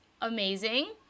amazing